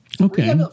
Okay